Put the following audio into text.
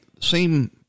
seem